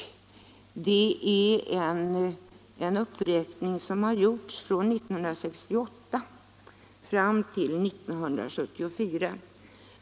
Det är en uppräkning som gjorts från 1968 fram till 1974.